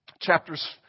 chapters